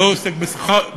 הוא לא עוסק בחקלאות,